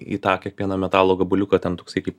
į tą kiekvieną metalo gabaliuką ten toksai kaip